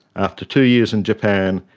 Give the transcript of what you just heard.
after two years in japan,